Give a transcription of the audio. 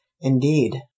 Indeed